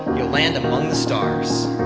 you'll land among the stars.